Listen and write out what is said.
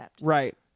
Right